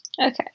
Okay